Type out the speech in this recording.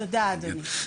תודה אדוני.